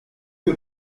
que